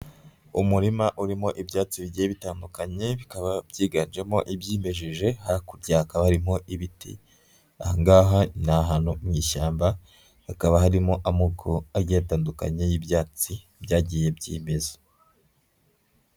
Umurima urimo ibyatsi bigiye bitandukanye, bikaba byiganjemo ibyimejeje, hakurya hakaba harimo ibiti, aha ngaha ni ahantu mu ishyamba, hakaba harimo amoko agiye atandukanye y'ibyatsi byagiye byimeza.